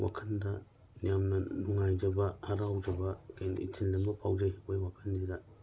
ꯋꯥꯈꯟꯗ ꯌꯥꯝꯅ ꯅꯨꯡꯉꯥꯏꯖꯕ ꯍꯔꯥꯎꯖꯕ ꯀꯩꯅꯣ ꯏꯊꯤꯜ ꯑꯃ ꯐꯥꯎꯖꯩ ꯑꯩꯈꯣꯏ ꯋꯥꯈꯜꯁꯤꯗ